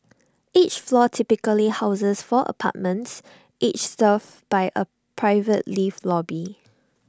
each floor typically houses four apartments each served by A private lift lobby